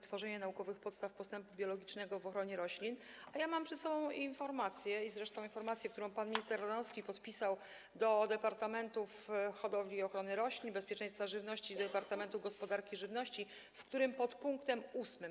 Tworzenie naukowych podstaw postępu biologicznego w ochronie roślin, a ja mam przed sobą informację, zresztą informację, którą pan minister Ardanowski podpisał, do departamentów: hodowli i ochrony roślin, bezpieczeństwa żywności, gospodarki żywności, w której w pkt 8: